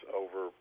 over